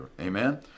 amen